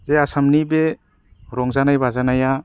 जे आसामनि बे रंजानाय बाजानाया